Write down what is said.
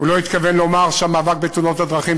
לא התכוון לומר שהמאבק בתאונות הדרכים,